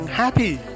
happy